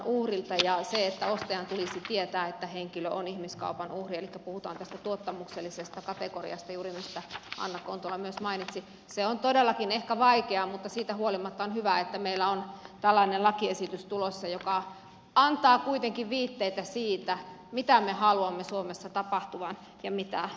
se että ostajan tulisi tietää että henkilö on ihmiskaupan uhri elikkä puhutaan tästä tuottamuksellisesta kategoriasta mistä anna kontula juuri myös mainitsi on todellakin ehkä vaikeaa mutta siitä huolimatta on hyvä että meillä on tällainen lakiesitys tulossa joka antaa kuitenkin viitteitä siitä mitä me haluamme suomessa tapahtuvan ja mitä emme